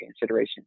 consideration